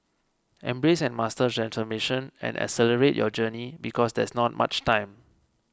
embrace and master transformation and accelerate your journey because there's not much time